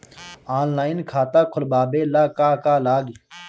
Online खाता खोलबाबे ला का का लागि?